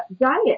diet